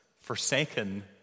forsaken